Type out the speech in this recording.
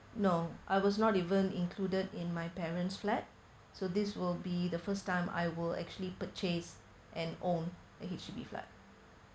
no I was not even included in my parents flat so this will be the first time I will actually purchase and own a H_D_B flat